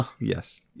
Yes